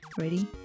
Ready